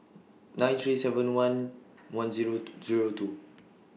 nine three seven one one Zero Zero two